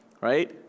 right